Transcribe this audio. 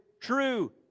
true